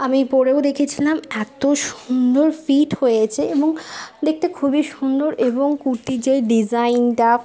আমিও পরেও দেখেছিলাম এত সুন্দর ফিট হয়েছে এবং দেখতে খুবই সুন্দর এবং কুর্তির যেই ডিজাইনটা